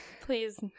Please